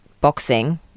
boxing